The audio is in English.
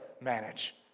manage